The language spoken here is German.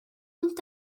und